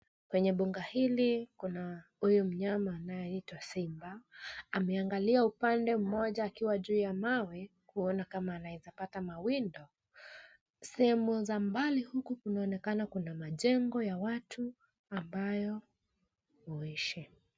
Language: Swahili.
Kwenye mbuga hili kuna huyu mnyama anayeitwa simba, ameangalia upande mmoja akiwa juu ya mawe, kuona kama anawezapata mawindo. Sehemu za mbali huku kunaonekana kuna majengo ya watu ambayo huishi.